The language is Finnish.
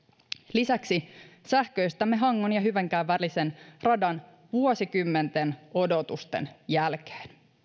lisäksi sähköistämme hangon ja hyvinkään välisen radan vuosikymmenten odotusten jälkeen